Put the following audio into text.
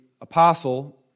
apostle